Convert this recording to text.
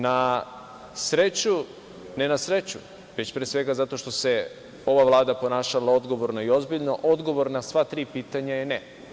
Na sreću, ne na sreću, već pre svega zato što se ova Vlada ponašala odgovorno i ozbiljno, odgovor na sva tri pitanja je ne.